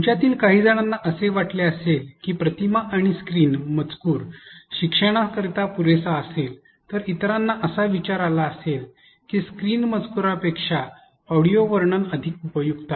तुमच्यातील काहीजणांना असे वाटले असेल की प्रतिमा आणि स्क्रीन मजकूर शिक्षणाकरिता पुरेसा असेल तर इतरांना असा विचार आला असेल की स्क्रीन मजकूरापेक्षा ऑडिओ वर्णन अधिक उपयुक्त आहे